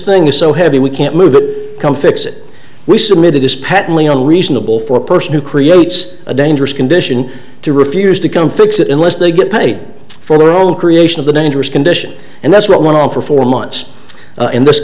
thing is so heavy we can't move it come fix it we submit it is patently a reasonable for a person who creates a dangerous condition to refuse to come fix it unless they get paid for their own creation of the dangerous condition and that's what went on for four months in this